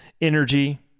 energy